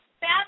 bad